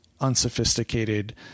unsophisticated